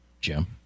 Jim